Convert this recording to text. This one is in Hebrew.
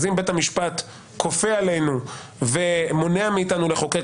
אם בית המשפט כופה עלינו ומונע מאיתנו לחוקק